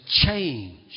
change